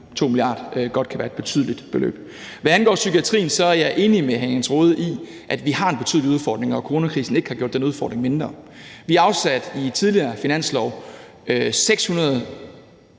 1,2 mia. kr. godt kan være et betydeligt beløb. Hvad angår psykiatrien, er jeg enig med hr. Jens Rohde i, at vi har en betydelig udfordring, og at coronakrisen ikke har gjort den udfordring mindre. Vi afsatte i en tidligere finanslov 600